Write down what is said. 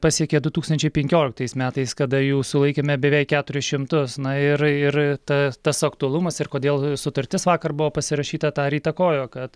pasiekė du tūkstančiai penkioliktais metais kada jau sulaikėme beveik keturis šimtus na ir ir tas tas aktualumas ir kodėl sutartis vakar buvo pasirašyta tą ir įtakojo kad